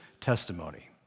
testimony